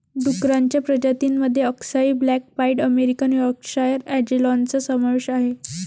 डुक्करांच्या प्रजातीं मध्ये अक्साई ब्लॅक पाईड अमेरिकन यॉर्कशायर अँजेलॉनचा समावेश आहे